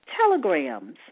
telegrams